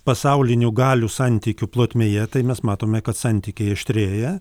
pasaulinių galių santykių plotmėje tai mes matome kad santykiai aštrėja